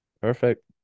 perfect